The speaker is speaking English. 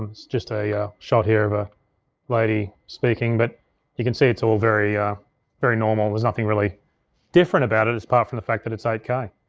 um it's just a shot here of a lady speaking, but you can see it's all very very normal. it was nothing really different about it apart from the fact that it's eight k.